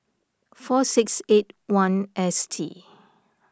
four six eighty one S T